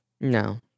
No